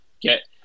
get –